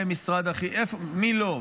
מי לא,